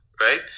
right